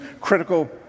critical